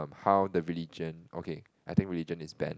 how the religion okay I think religion is banned